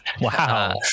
Wow